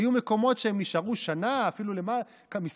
היו מקומות שהם נשארו שנה, אפילו כמה חודשים.